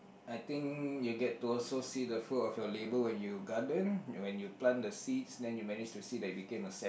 I think you'll get to also see the fruit of your labour when you garden when you plant the seeds then you manage to see that it became a sap